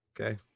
Okay